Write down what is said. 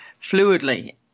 fluidly